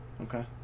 okay